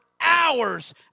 hours